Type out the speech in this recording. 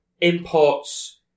imports